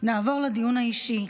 נעבור לדיון האישי.